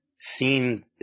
seen